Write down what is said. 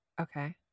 Okay